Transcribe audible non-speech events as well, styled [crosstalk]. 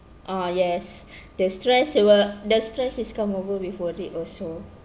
ah yes [breath] the stress it will the stress is come over with worried also